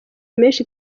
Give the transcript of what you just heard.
menshi